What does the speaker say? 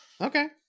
Okay